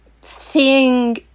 seeing